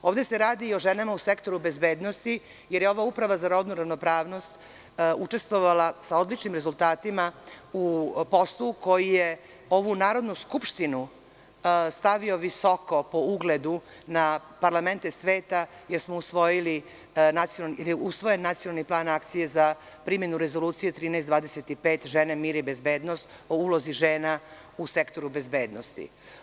Ovde se radi i o ženama u sektoru bezbednosti, jer je Uprava za rodnu ravnopravnost učestvovala sa odličnim rezultatima u poslu koji je ovu Narodnu skupštinu stavio visoko po ugledu na parlamente sveta, jer je usvojen Nacionalni plan akcije za primenu Rezolucije 1325 „Žene, mir i bezbednost“ o ulozi žena u sektoru bezbednosti.